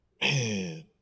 Man